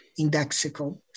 indexical